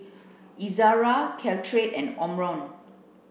Ezerra Caltrate and Omron